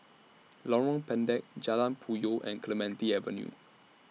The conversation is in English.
Lorong Pendek Jalan Puyoh and Clementi Avenue